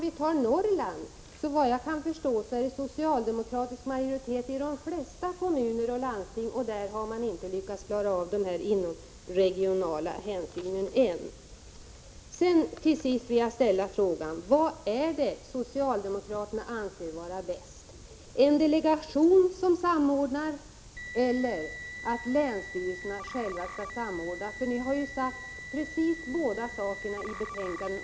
I Norrland, där det såvitt jag vet är socialdemokratisk majoritet i de flesta kommuner och landsting, har man dock ännu inte lyckats få den inomregionala hänsynen att slå igenom. Till sist vill jag fråga vad socialdemokraterna anser vara bäst: att en delegation skall samordna eller att länsstyrelserna själva skall göra det? Ni har talat för båda sakerna i betänkandet.